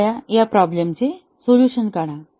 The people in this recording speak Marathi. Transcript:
कृपया या प्रॉब्लेमचे सोल्युशन काढा